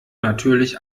natürlich